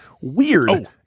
weird